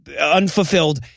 unfulfilled